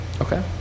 Okay